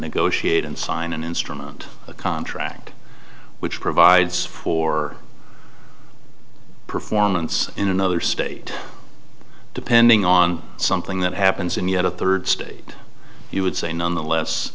negotiate and sign an instrument a contract which provides for performance in another state depending on something that happens in yet a third state you would say nonetheless